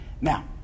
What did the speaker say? Now